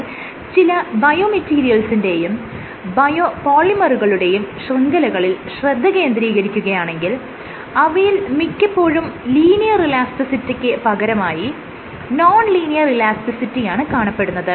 എന്നാൽ ചില ബയോമെറ്റീരിയൽസിന്റെയും ബയോപോളിമറുകളുടെയും ശൃംഖലകളിൽ ശ്രദ്ധ കേന്ദ്രീകരിക്കുകയാണെങ്കിൽ അവയിൽ മിക്കപ്പോഴും ലീനിയർ ഇലാസ്റ്റിസിറ്റിക്ക് പകരമായി നോൺ ലീനിയർ ഇലാസ്റ്റിസിറ്റിയാണ് കാണപ്പെടുന്നത്